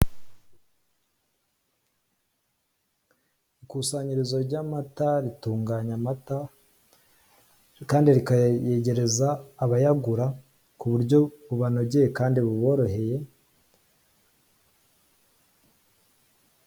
Ikusanyirizo ry'amata, ritunganya amata, kandi rikayegereza abayagura, ku buryo bubanogeye kandi buboroheye.